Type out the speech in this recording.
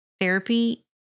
Therapy